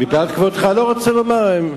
מפאת כבודך אני לא רוצה לומר.